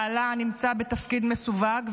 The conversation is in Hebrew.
בעלה נמצא בתפקיד מסווג,